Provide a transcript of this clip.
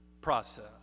process